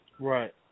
Right